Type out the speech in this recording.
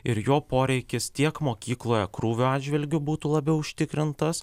ir jo poreikis tiek mokykloje krūvio atžvilgiu būtų labiau užtikrintas